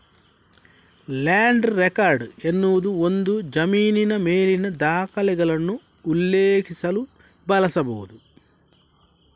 land record ಎನ್ನುವುದು ಒಂದು ಜಮೀನಿನ ಮೇಲಿನ ದಾಖಲೆಗಳನ್ನು ಉಲ್ಲೇಖಿಸಲು ಬಳಸಲಾಗುತ್ತದೆ